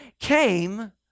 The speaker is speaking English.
came